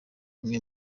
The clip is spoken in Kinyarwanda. imwe